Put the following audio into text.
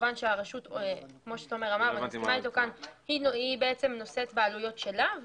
כמובן הרשות היא נושאת בעלויות שלה,